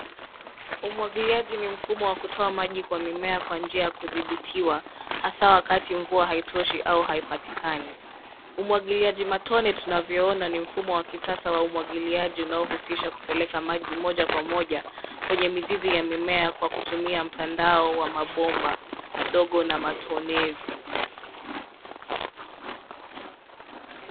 Umwangiliaji ni mfumo wa kutoa maji kwa mimea kwa njia kudhibitiwa hasa wakati mvua haitishi au haipatikani. Umwangiliaji matone tunavyoona ni mfumo wa kisasa wa umwangiliaji unaohusisha kupeleka maji moja kwa moja kwenye mizizi ya mimea na kwa kutumia mtandao wa mabomba madogo na matonesi.